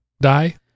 Die